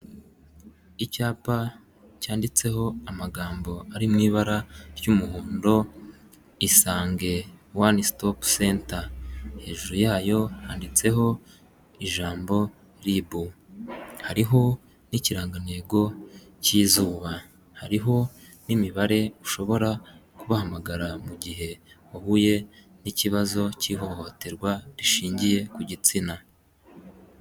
Icyapa cyanditseho amagambo ari mu ibara ry'umuhondo isange wani sitopi senta, hejuru yayo handitseho ijambo ribu hariho n'ikirangantego cy'izuba, hariho n'imibare ushobora kubahamagara mu gihe wahuye n'ikibazo cy'ihohoterwa rishingiye ku gitsina.